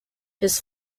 his